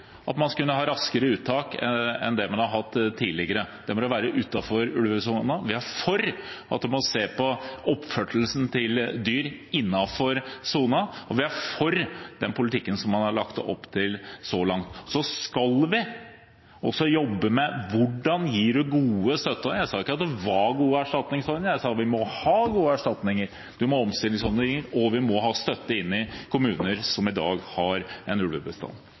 at man skal kunne ha raskere uttak enn det man har hatt tidligere, og det må da være utenfor ulvesonen. Vi er for at en må se på oppførselen til dyr innenfor sonen. Og vi er for den politikken som man har lagt opp til så langt. Så skal vi også jobbe med hvordan en gir gode støtteordninger. Og jeg sa ikke at det var gode erstatningsordninger; jeg sa at vi må ha gode erstatningsordninger. Vi må ha omstillingsordninger, og vi må ha støtte inn i kommuner som i dag har en ulvebestand.